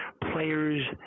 players